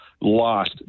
lost